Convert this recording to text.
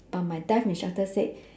but my dive instructor said